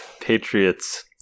Patriots